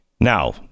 Now